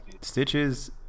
stitches